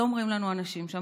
את זה אומרים לנו האנשים שם,